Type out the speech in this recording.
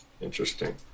Interesting